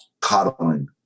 coddling